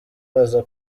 aza